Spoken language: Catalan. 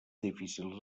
difícils